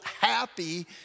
happy